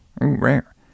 rare